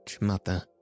mother